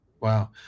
wow